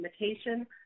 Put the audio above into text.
limitation